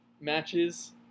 matches